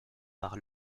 par